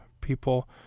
people